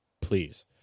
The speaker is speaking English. Please